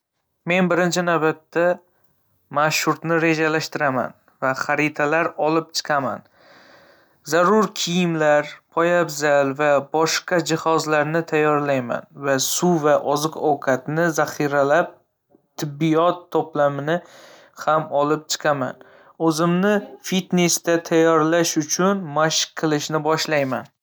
Men birinchi navbatda marshrutni rejalashtiraman va xaritalar olib chiqaman. Zarur kiyimlar, poyabzal va boshqa jihozlarni tayyorlayman. Suv va oziq-ovqatni zaxiralab, tibbiyot to'plamini ham olib chiqaman. O'zimni fitnesda tayyorlash uchun mashq qilishni boshlayman.